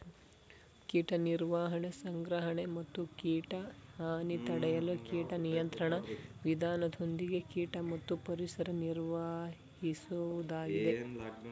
ಕೀಟ ನಿರ್ವಹಣೆ ಸಂಗ್ರಹಣೆ ಮತ್ತು ಕೀಟ ಹಾನಿ ತಡೆಯಲು ಕೀಟ ನಿಯಂತ್ರಣ ವಿಧಾನದೊಂದಿಗೆ ಕೀಟ ಮತ್ತು ಪರಿಸರ ನಿರ್ವಹಿಸೋದಾಗಿದೆ